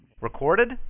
Recorded